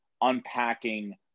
unpacking